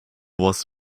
was